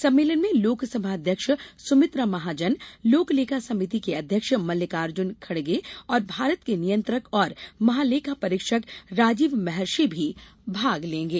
सम्मेलन में लोकसभा अध्यक्ष सुमित्रा महाजन लोक लेखा समिति के अध्यक्ष मल्लिकार्जुन खड़गे और भारत के नियंत्रक और महालेखा परीक्षक राजीव महर्षि भी भाग लेंगे